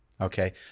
Okay